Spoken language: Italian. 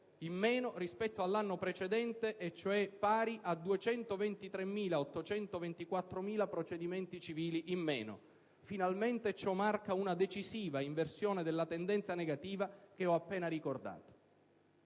in meno rispetto all'anno precedente, pari cioè a 223.824 procedimenti civili in meno. Ciò marca finalmente una decisiva inversione della tendenza negativa che ho appena ricordato.